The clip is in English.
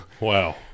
Wow